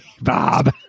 Bob